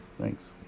Thanks